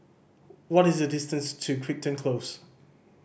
what is the distance to Crichton Close